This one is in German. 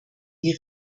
die